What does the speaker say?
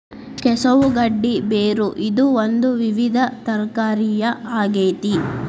ಕೆಸವು ಗಡ್ಡಿ ಬೇರು ಇದು ಒಂದು ವಿವಿಧ ತರಕಾರಿಯ ಆಗೇತಿ